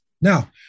Now